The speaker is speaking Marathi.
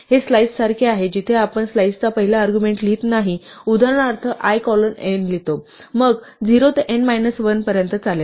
हे स्लाइससारखे आहे जिथे आपण स्लाइसचा पहिला अर्ग्युमेण्ट लिहित नाही उदाहरणार्थ l कोलन n लिहितो मग 0 ते n मायनस 1 पर्यंत चालेल